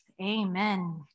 Amen